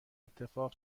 اتفاق